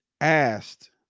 asked